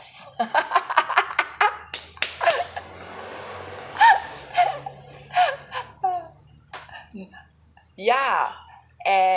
m~ ya and